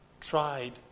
tried